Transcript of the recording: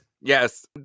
Yes